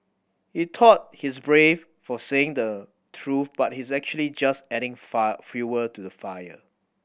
he thought he's brave for saying the truth but he's actually just adding far fuel to the fire